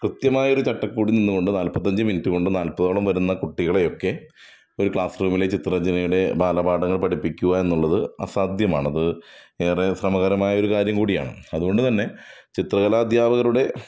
കൃത്യമായൊരു ചട്ടക്കൂടിൽ നിന്ന് കൊണ്ട് നാൽപ്പത്തഞ്ച് മിനിറ്റ് കൊണ്ട് നാൽപ്പതോളം വരുന്ന കുട്ടികളെയൊക്കെ ഒരു ക്ലാസ് റൂമിൽ ചിത്ര രചനയുടെ ബാലപാഠങ്ങൾ പഠിപ്പിക്കുക എന്നുള്ളത് അസാധ്യമാണത് ഏറെ ശ്രമകരമായൊരു കാര്യം കൂടിയാണ് അതുകൊണ്ട് തന്നെ ചിത്രകലാദ്ധ്യാപകരുടെ